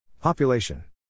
Population